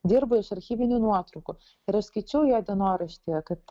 dirbo iš archyvinių nuotraukų ir aš skaičiau jo dienoraštyje kad